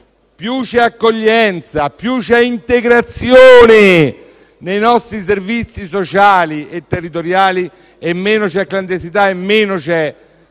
più c'è accoglienza e più c'è integrazione nei nostri servizi sociali e territoriali e meno ci sono clandestinità e delinquenza.